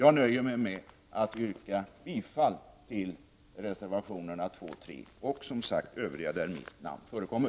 Jag nöjer mig med att yrka bifall till reservationerna 2 och 3 och som sagt till övriga reservationer där mitt namn förekommer.